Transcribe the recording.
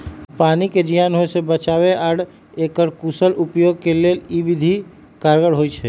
पानी के जीयान होय से बचाबे आऽ एकर कुशल उपयोग के लेल इ विधि कारगर होइ छइ